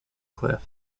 cliff